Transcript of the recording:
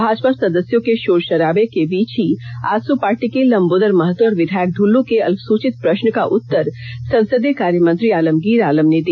भाजपा सदस्यों के शोर शराबे के बीच ही आजसू पार्टी के लंबोदर महतो और विधायक दुल्लू के अल्पसूचित प्रश्न का उत्तर संसदीय कार्यमंत्री आलमगीर आलम ने दिया